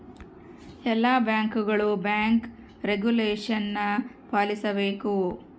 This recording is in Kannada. ಎಲ್ಲ ಬ್ಯಾಂಕ್ಗಳು ಬ್ಯಾಂಕ್ ರೆಗುಲೇಷನ ಪಾಲಿಸಬೇಕು